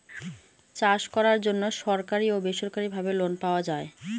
চাষ করার জন্য সরকারি ও বেসরকারি ভাবে লোন পাওয়া যায়